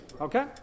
Okay